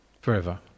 forever